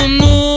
no